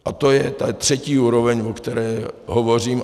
A to je ta třetí úroveň, o které hovořím.